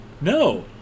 No